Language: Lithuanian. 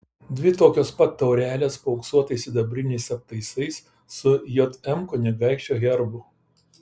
dvi tokios pat taurelės paauksuotais sidabriniais aptaisais su jm kunigaikščio herbu